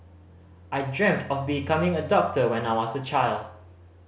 I dreamt of becoming a doctor when I was a child